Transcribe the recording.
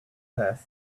earth